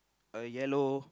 uh yellow